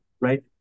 right